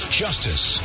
justice